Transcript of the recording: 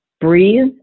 Breathe